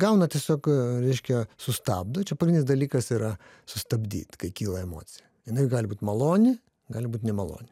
gauna tiesiog reiškia sustabdo čia pagrindinis dalykas yra sustabdyt kai kyla emocija jinai gali būt maloni gali būt nemaloni